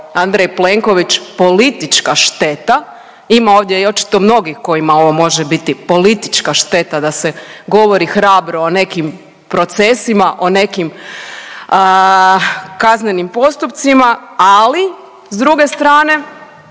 Andrej Plenković politička šteta. Ima ovdje i očito mnogih kojima ovo može biti politička šteta da se govori hrabro o nekim procesima, o nekim kaznenim postupcima ali s druge strane,